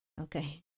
Okay